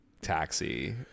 taxi